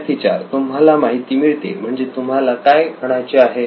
विद्यार्थी 4 तुम्हाला माहिती मिळते म्हणजे तुम्हाला काय म्हणायचे आहे